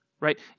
right